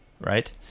right